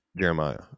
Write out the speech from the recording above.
Jeremiah